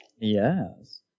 yes